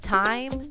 time